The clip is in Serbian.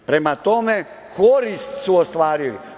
Prema tome, korist su ostvarili.